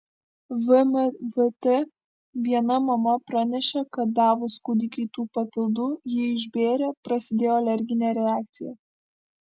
vmvt viena mama pranešė kad davus kūdikiui tų papildų jį išbėrė prasidėjo alerginė reakcija